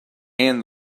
and